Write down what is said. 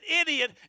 idiot